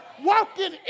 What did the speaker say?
walking